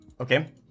Okay